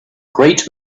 great